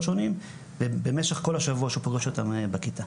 שונים ובמשך כל השבוע שהוא פוגש אותם בכיתה.